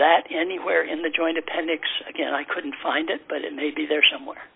that anywhere in the joint appendix again i couldn't find it but it may be there somewhere